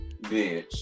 bitch